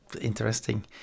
interesting